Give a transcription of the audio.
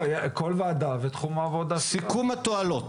סיכום התועלות.